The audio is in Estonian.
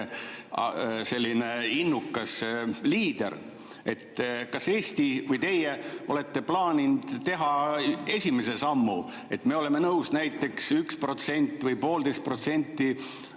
rohepöörde innukas liider, kas Eesti või teie olete plaaninud teha esimese sammu, et me oleme nõus näiteks 1% või 1,5%